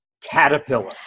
caterpillar